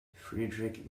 frederick